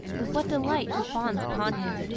with what delight he fawns upon him,